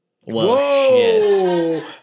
Whoa